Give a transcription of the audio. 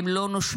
הם לא נושמים,